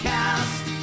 Cast